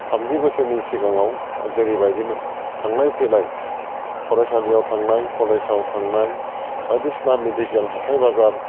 थामजि बोसोरनि सिगाङाव जेरैबायदिमोन थांलाय फैलाय फरायसालियाव थांनाय कलेजाव थांनाय बायदिसिना मेडिकेल हाथाय बाजार